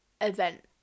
event